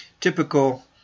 typical